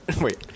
wait